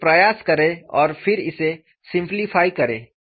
आप एक प्रयास करें और फिर इसे सिम्प्लीफाई करें